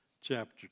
chapter